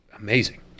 Amazing